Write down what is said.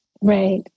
Right